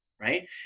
right